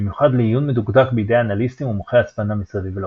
במיוחד לעיון מדוקדק בידי אנליסטים ומומחי הצפנה מסביב לעולם.